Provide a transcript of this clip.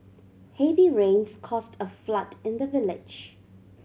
heavy rains caused a flood in the village